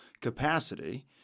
capacity